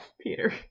Peter